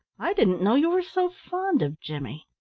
i didn't know you were so fond of jimmy?